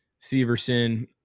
severson